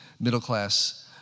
middle-class